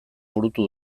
burutu